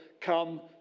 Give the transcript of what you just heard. come